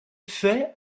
fay